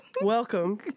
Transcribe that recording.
Welcome